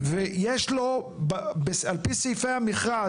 כי הוא מצהיר שזה אפילו בניגוד